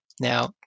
Now